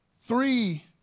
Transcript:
Three